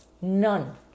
None